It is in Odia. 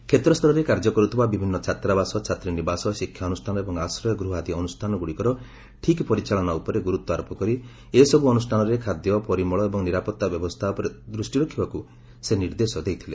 କ୍ଷେତ୍ରସ୍ତରରେ କାର୍ଯ୍ୟ କରୁଥିବା ବିଭିନ୍ଦ ଛାତ୍ରାବାସ ଛାତ୍ରୀ ନିବାସ ଶିକ୍ଷାନୁଷାନ ଏବଂ ଆଶ୍ରୟ ଗୃହ ଆଦି ଅନୁଷ୍ଠାନଗୁଡ଼ିକର ଠିକ୍ ପରିଚାଳନା ଉପରେ ଗୁରୁଡ଼ାରୋପ କରି ଏସବୁ ଅନୁଷ୍ଠାନରେ ଖାଦ୍ୟ ପରିମଳ ଏବଂ ନିରାପତ୍ତା ବ୍ୟବସ୍ତା ଉପରେ ଦୃଷ୍ଟି ରଖିବାକୁ ନିର୍ଦ୍ଦେଶ ଦେଇଥିଲେ